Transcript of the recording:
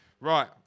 Right